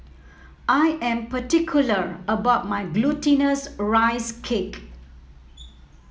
I am particular about my Glutinous Rice Cake